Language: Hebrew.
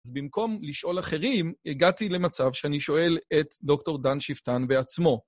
אז במקום לשאול אחרים, הגעתי למצב שאני שואל את דוקטור דן שפטן בעצמו.